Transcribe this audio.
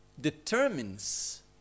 determines